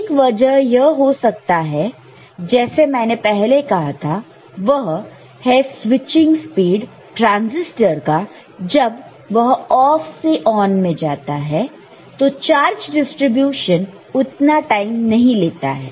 एक वजह यह हो सकता है जैसे मैंने पहले कहा था वह है स्विचिंग स्पीड ट्रांजिस्टर का जब वह ऑफ से ऑन में जाता है तो चार्ज डिस्ट्रीब्यूशन उतना टाइम नहीं लेता है